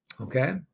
Okay